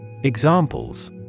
Examples